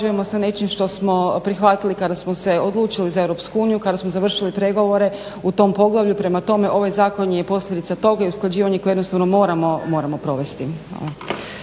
usklađujemo sa nečim što smo prihvatili kada smo se odlučili za EU, kada smo završili pregovore u tom poglavlju, prema tome ovaj zakon je posljedica toga i usklađivanje koje jednostavno moramo provesti.